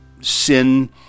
Sin